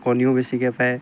কণীও বেছিকৈ পাৰে